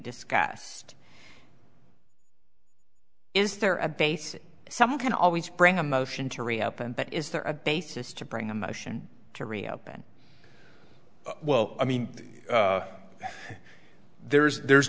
discussed is there a basic someone can always bring a motion to reopen but is there a basis to bring a motion to reopen oh well i mean there's there's